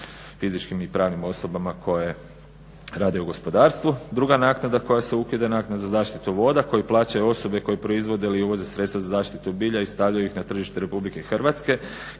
fizičkim i pravnim osobama koje rade u gospodarstvu. Druga naknada koja se ukida je naknada za zaštitu voda koju plaćaju osobe koje proizvode ili uvoze sredstva za zaštitu bilja i stavljaju ih na tržište RH kako bi hrvatski